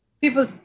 People